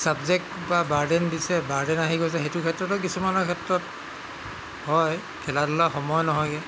subject বা burden দিছে burden আহি গৈছে সেইটো ক্ষেত্ৰতো কিছুমানৰ ক্ষেত্ৰত হয় খেলা ধূলাত সময় নহয়গৈ